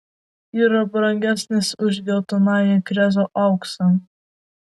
yra brangesnis už geltonąjį krezo auksą